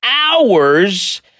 hours